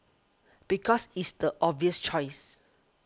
because it's the obvious choice